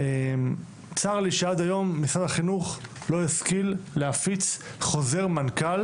צר לי שעד היום משרד החינוך לא השכיל להפיץ חוזר מנכ"ל